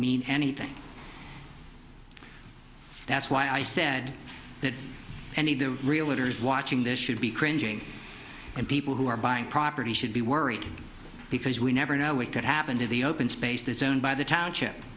mean anything that's why i said that any the realtor is watching this should be cringing and people who are buying property should be worried because we never know it could happen in the open space that's owned by the township